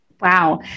Wow